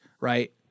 right